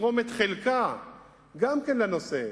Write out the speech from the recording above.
לתרום את חלקה לנושא.